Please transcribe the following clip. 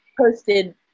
posted